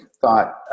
thought